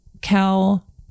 Cal